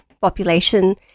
population